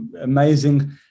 amazing